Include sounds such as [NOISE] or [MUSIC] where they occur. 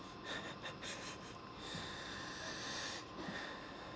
[LAUGHS] [BREATH]